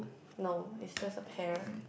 no is just a pear